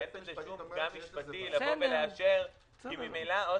אין שום פגם משפטי לאשר כי ממילא לא